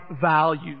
value